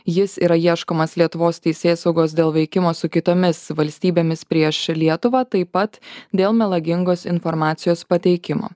jis yra ieškomas lietuvos teisėsaugos dėl veikimo su kitomis valstybėmis prieš lietuvą taip pat dėl melagingos informacijos pateikimo